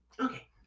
Okay